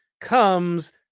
comes